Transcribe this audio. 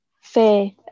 faith